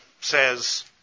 says